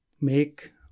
make